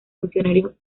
funcionarios